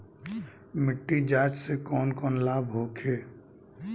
मिट्टी जाँच से कौन कौनलाभ होखे?